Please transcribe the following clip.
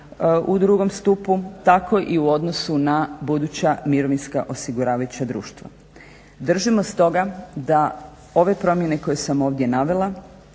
u drugom stupu tako i u odnosu na buduća mirovinska osiguravajuća društva. Držimo stoga da ove promjene koje sam ovdje navela